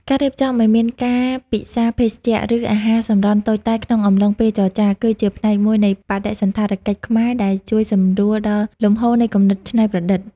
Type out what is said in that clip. ការរៀបចំឱ្យមានការពិសាភេសជ្ជៈ ឬអាហារសម្រន់តូចតាចក្នុងកំឡុងពេលចរចា គឺជាផ្នែកមួយនៃបដិសណ្ឋារកិច្ចខ្មែរដែលជួយសម្រួលដល់លំហូរនៃគំនិតច្នៃប្រឌិត។